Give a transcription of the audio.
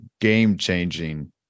game-changing